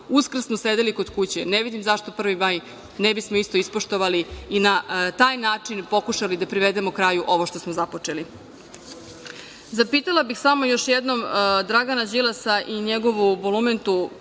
Uskrs smo sedeli kod kuće, ne vidim zašto 1. maj ne bismo isto ispoštovali i na taj način pokušali da privedemo kraju ovo što smo započeli? Zapitala bih samo još jednom Dragana Đilasa i njegovu bulumentu